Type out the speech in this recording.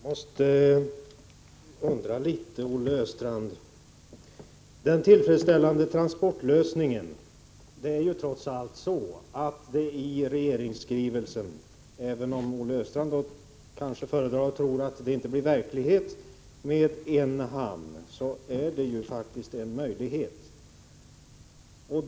Fru talman! Även om Olle Östrand inte tror att det kan bli verklighet är trots allt innebörden av regeringsskrivelsen att det kan bli fråga om att anlöpa endast en hamn.